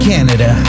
Canada